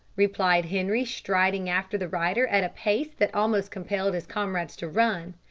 replied henri, striding after the rider at a pace that almost compelled his comrades to run.